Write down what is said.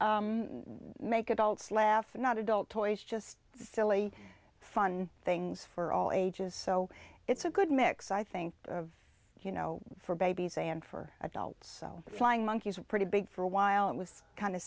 make adults laugh not adult toys just silly fun things for all ages so it's a good mix i think you know for babies and for adults so flying monkeys are pretty big for a while it was kind